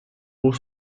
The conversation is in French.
pour